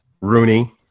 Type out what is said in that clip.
Rooney